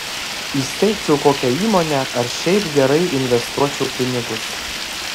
įsteigčiau kokią įmonę ar šiaip gerai investuočiau pinigus